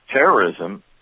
terrorism